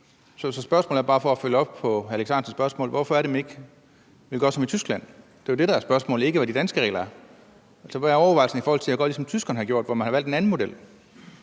Så for at følge op på hr. Alex Ahrendtsens spørgsmål: Hvorfor vil man ikke gøre som i Tyskland? Det er det, der er spørgsmålet. Det er ikke, hvad de danske regler er. Hvad er overvejelserne i forhold til at gøre, som tyskerne har gjort, hvor man har valgt en anden model?